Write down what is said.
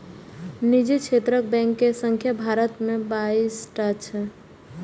निजी क्षेत्रक बैंक के संख्या भारत मे बाइस टा छै